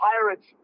Pirates